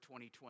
2020